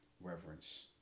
reverence